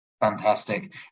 Fantastic